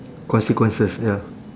consequences ya